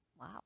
Wow